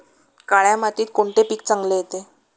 काळ्या मातीत कोणते पीक चांगले येते?